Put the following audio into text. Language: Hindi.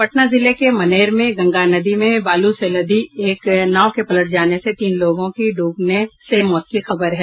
पटना जिले के मनेर में गंगा नदी में बालू से लदी एक नाव के पलट जाने से तीन लोगों की डूबने से मौत की खबर है